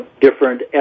different